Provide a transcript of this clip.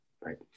right